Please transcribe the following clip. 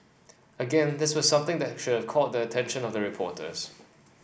again this was something that should have caught the attention of the reporters